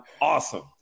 awesome